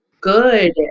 good